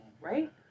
right